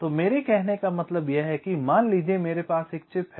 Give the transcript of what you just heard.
तो मेरे कहने का मतलब यह है कि मान लीजिए मेरे पास एक चिप है